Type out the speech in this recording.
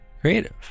creative